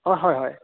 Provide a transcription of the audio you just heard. অ হয় হয়